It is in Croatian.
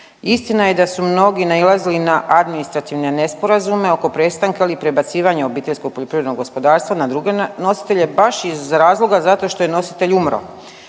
Istina je da su mnogi nailazili na administrativne nesporazume oko prestanka ili prebacivanja obiteljskog poljoprivrednog gospodarstva na druge nositelje baš iz razloga zato što je nositelj umro.